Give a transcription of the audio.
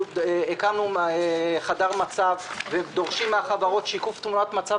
הקמנו חדר מצב ואנחנו דורשים מן החברות שיקוף תמונת מצב